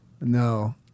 No